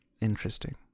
interesting